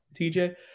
TJ